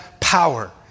power